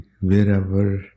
wherever